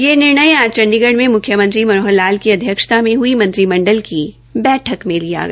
यह निर्णय आज चंडीगढ़ में म्ख्यमंत्री श्री मनोहर लाल की अध्यक्षता में हई मंत्रिमंडल की बैठक में लिया गया